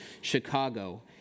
Chicago